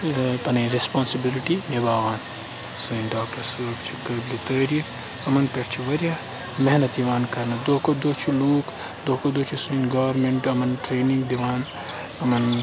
پَنٕنۍ ریٚسپانسِبِلٹی نِباوان سٲنۍ ڈاکٹر صٲب چھِ قٲبلِ تٲریٖف یِمَن پٮ۪ٹھ چھُ واریاہ محنت یِوان کَرنہٕ دۄہ کھۄتہٕ دۄہ چھِ لوٗکھ دۄہ کھۄتہٕ دۄہ چھِ سٲنۍ گورمٮ۪نٛٹ یِمَن ٹرینِنٛگ دِوان یِمَن